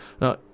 Now